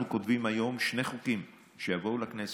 אנחנו כותבים היום שני חוקים שיבואו לכנסת: